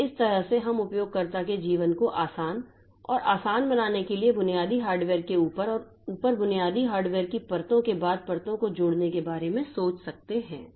तो इस तरह से हम उपयोगकर्ता के जीवन को आसान और आसान बनाने के लिए बुनियादी हार्डवेयर के ऊपर और ऊपर बुनियादी ऑपरेटर हार्डवेयर की परतों के बाद परतों को जोड़ने के बारे में सोच सकते हैं